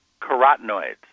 carotenoids